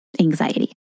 anxiety